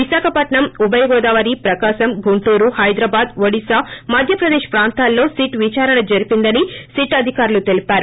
విశాఖపట్నం ఉభయ గోదావరి ప్రకాశం గుంటూరు హైదరాబాద్ ఒడిశా మధ్యప్రదేశ్ ప్రాంతాల్లో సిట్ విచారణ జరిపిందని సిట్ అధికారులు తెలిపారు